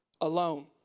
alone